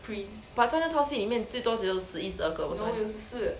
but 这套戏里面最多只有十一十二个王子